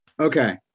Okay